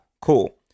Cool